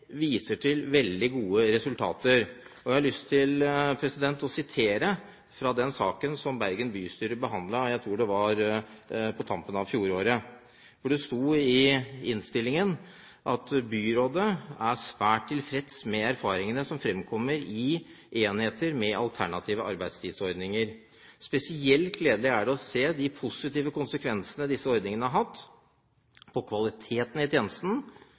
viser til veldig gode resultater. Jeg har lyst til å sitere fra den saken som Bergen bystyre behandlet – jeg tror det var på tampen av fjoråret – hvor det sto i innstillingen: «Byrådet er svært tilfreds med erfaringene som framkommer i enheter med alternative arbeidstidsordninger. Spesielt gledelig er det å se de positive konsekvensene disse ordningene har hatt på kvalitet i